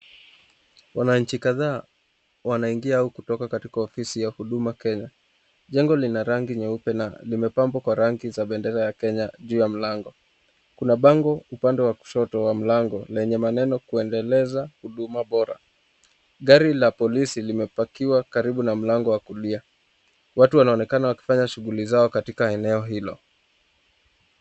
Wananchi kadhaa wanaingia au kutoka katiko ofisi ya huduma Kenya. Jengo lina rangi nyeupe na limepambwa kwa rangi za bendera ya Kenya juu ya mlango. Kuna bango upande wa kushoto wa mlango na yenye maneno kuendeleza huduma bora. Gari la polisi limepakiwa karibu na mlango wa kulia. Watu wanaonekana wakifanya shughuli zao katika eneo hilo.